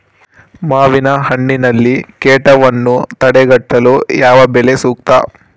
ಮಾವಿನಹಣ್ಣಿನಲ್ಲಿ ಕೇಟವನ್ನು ತಡೆಗಟ್ಟಲು ಯಾವ ಬಲೆ ಸೂಕ್ತ?